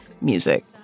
music